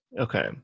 Okay